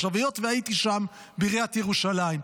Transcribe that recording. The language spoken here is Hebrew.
עכשיו, היות שהייתי שם, בעיריית ירושלים,